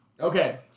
Okay